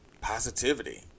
positivity